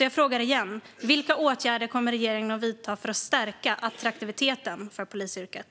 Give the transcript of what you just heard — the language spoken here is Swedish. Jag frågar igen: Vilka åtgärder kommer regeringen att vidta för att stärka polisyrkets attraktivitet?